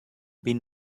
been